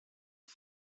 its